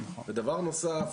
דבר נוסף,